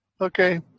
Okay